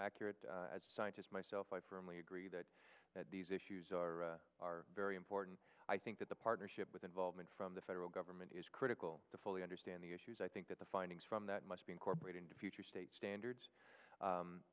accurate as scientists myself i firmly agree that that these issues are are very important i think that the partnership with involvement from the federal government is critical to fully understand the issues i think that the findings from that must be incorporated into future state standards